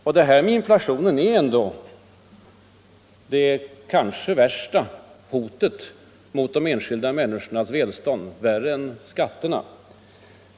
Och inflationen är det kanske största hotet mot de enskilda människornas välstånd, värre än skatterna.